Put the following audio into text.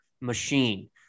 machine